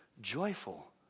joyful